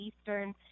eastern